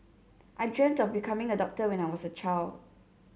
I dreamt of becoming a doctor when I was a child